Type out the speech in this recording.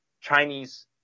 Chinese